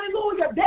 Hallelujah